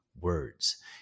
words